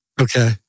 Okay